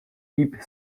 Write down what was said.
deep